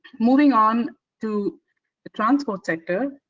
moving on to transport sector,